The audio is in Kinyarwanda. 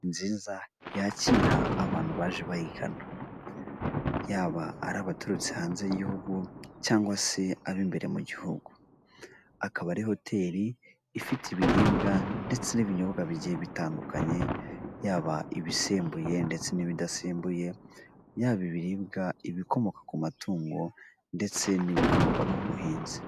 Hoteli yakira abantu baje bayigana yaba ari abaturutse hanze y'igihugu cyangwa se ab'imbere mu gihugu, akaba ari hoteli ifite ibiribwa ndetse n'ibinyobwa bibiri bitandukanye, yaba ibisembuye ndetse n'ibidasembuye, yaba ibiribwa, bikomoka ku matungo ndetse n'ibikomoka ku buhinzi.